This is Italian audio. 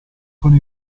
con